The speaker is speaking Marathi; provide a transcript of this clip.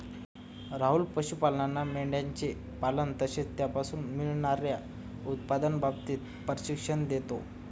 राहुल पशुपालांना मेंढयांचे पालन तसेच त्यापासून मिळणार्या उत्पन्नाच्या बाबतीत प्रशिक्षण देतो